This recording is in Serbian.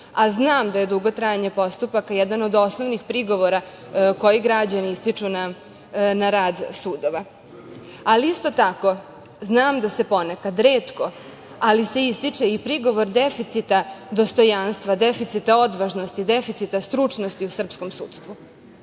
a znam da je dugo trajanje postupaka jedan od osnovnih prigovora koji građani ističu na rad sudova. Ali, isto tako, znam da se ponekad, retko, ali se ističe i prigovor deficita dostojanstva, deficita odvažnosti, deficita stručnosti u srpskom sudstvu.